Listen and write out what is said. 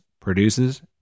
produces